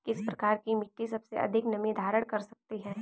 किस प्रकार की मिट्टी सबसे अधिक नमी धारण कर सकती है?